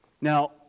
Now